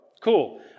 Cool